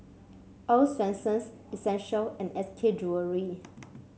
Earl's Swensens Essential and S K Jewellery